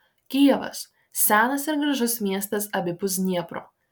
kijevas senas ir gražus miestas abipus dniepro